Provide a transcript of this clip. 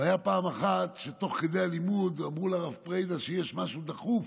והייתה פעם אחת שתוך כדי הלימוד אמרו לרב פרידא שיש משהו דחוף,